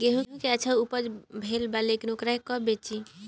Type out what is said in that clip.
गेहूं के उपज अच्छा भेल बा लेकिन वोकरा के कब बेची?